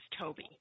Toby